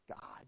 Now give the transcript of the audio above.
God